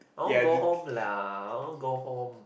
I want go home lah I want go home